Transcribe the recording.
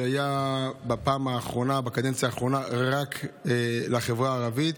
שהיו בקדנציה האחרונה רק לחברה הערבית.